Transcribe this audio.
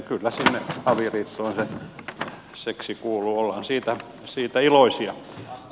kyllä avioliittoon seksi kuuluu ollaan siitä iloisia